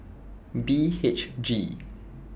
B H G